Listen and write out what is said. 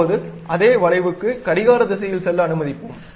இப்போது அதே வளைவுக்கு கடிகார திசையில் செல்ல அனுமதிப்போம்